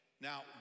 Now